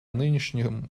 нынешнем